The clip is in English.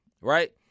right